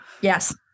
Yes